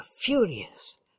furious